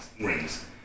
rings